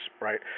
right